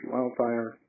Wildfire